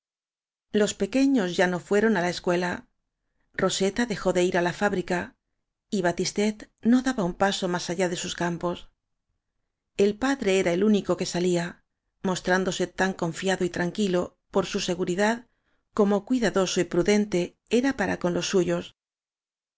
los pequeños ya no fueron á escuela ro seta dejó de ir á la fábrica y batistet no daba un paso más allá de sus campos el padre era el único que salía mostrándose tan confiado y tranquilo por su seguridad como cuidadoso y prudente era para con los suyos